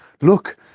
look